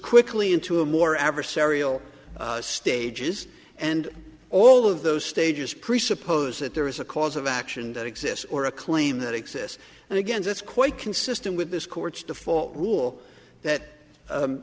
quickly into a more adversarial stages and all of those stages presuppose that there is a cause of action that exists or a claim that exists and again that's quite consistent with this court's default rule that